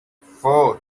four